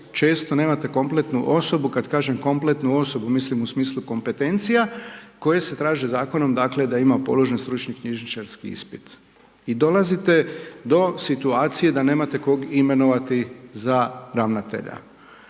često nemate kompletnu osobu. Kada kažem kompletnu osobu mislim u smislu kompetencija koje se traže zakonom dakle da ima položen stručni knjižničarski ispit. I dolazite do situacije da nemate koga imenovati za ravnatelja.